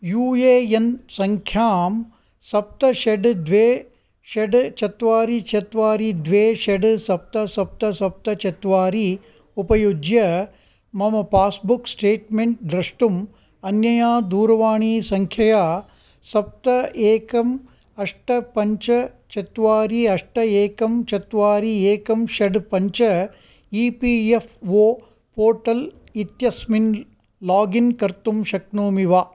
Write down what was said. you A N सङ्ख्यां सप्त षट् द्वे षट् चत्वारि चत्वारि द्वे षट् सप्त सप्त सप्त चत्वारि उपयुज्य मम पास्बुक् स्टेटमेण्ट् द्रष्टुम् अन्यया दूरवाणीसङ्ख्यया सप्त एकम् अष्ट पञ्च चत्वारि अष्ट एकं चत्वारि एकं षट् पञ्च E P F O portal इत्यस्मिन् लागिन् कर्तुं शक्नोमि वा